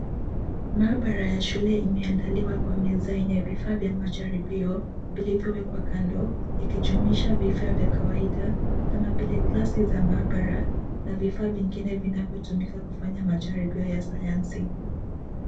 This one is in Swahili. Maabara ya shule imeandaliwa kwa meza yenye vifaa vya majaribio vilivyo wekwa kando ikijumuisha vifaa vya kawaida kama vile glasi za maabara na vifaa vingine vinavyotumika kufanya majaribio ya sayansi.